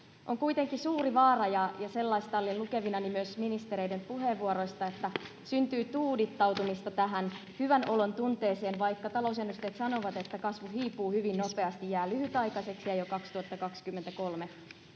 On kuitenkin suuri vaara, ja sellaista olin lukevinani myös ministereiden puheenvuoroista, että syntyy tuudittautumista tähän hyvänolontunteeseen, vaikka talousennusteet sanovat, että kasvu hiipuu hyvin nopeasti, jää lyhytaikaiseksi, ja jo 2023